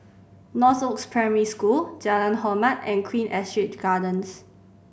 Northoaks Primary School Jalan Hormat and Queen Astrid Gardens